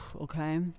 Okay